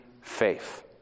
faith